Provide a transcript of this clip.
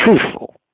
truthful